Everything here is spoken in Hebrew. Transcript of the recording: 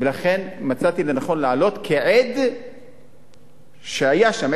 ולכן מצאתי לנכון לעלות כעד שהיה שם,